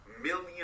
million